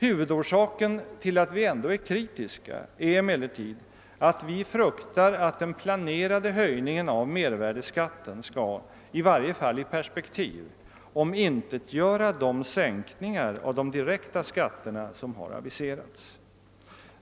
Huvudorsaken till att vi ändå är kritiska är emellertid att vi fruktar att den planerade höjningen av mervärdeskatten skall, i varje fall i perspektiv, omintetgöra de sänkningar av de direkta skatterna som har aviserats.